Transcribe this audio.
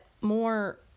more